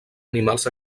animals